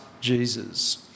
Jesus